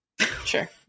Sure